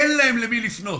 אין להם למי לפנות